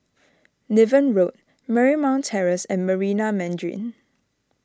Niven Road Marymount Terrace and Marina Mandarin